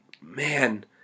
man